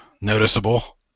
noticeable